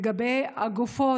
לגבי הגופות,